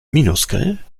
minuskel